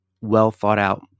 well-thought-out